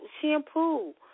shampoo